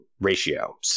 ratio